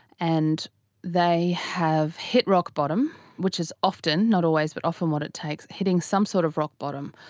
and they have hit rock bottom, which is often, not always, but often what it takes, hitting some sort of rock bottom,